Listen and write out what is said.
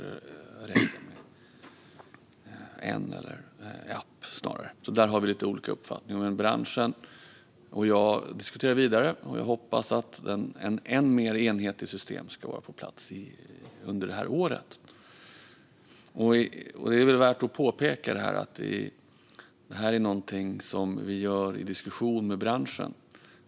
Där har vi alltså lite olika uppfattning, men branschen och jag diskuterar vidare. Jag hoppas att ett än mer enhetligt system ska vara på plats under det här året. Det är värt att påpeka att detta är något som vi gör i diskussion med branschen.